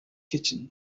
kitchen